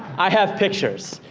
i have pictures.